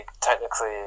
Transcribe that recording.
technically